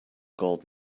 gold